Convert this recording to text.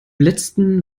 letzten